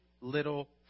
little